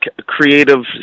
creative